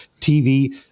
TV